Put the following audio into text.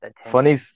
funny